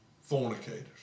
fornicators